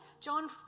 John